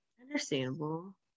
Understandable